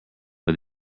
but